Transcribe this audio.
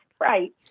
Right